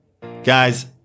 Guys